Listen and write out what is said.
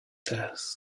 test